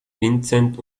vincent